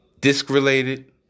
disc-related